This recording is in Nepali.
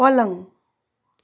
पलङ